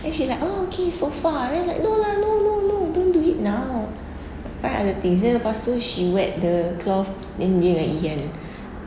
then she like oh okay sofa then like no lah no no don't do it now do it now find other things then pastu she wet the cloth then dia dengan iyan